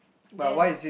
then